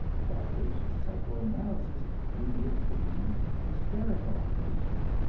but which psycho-analysis reveals to be hysterical in nature.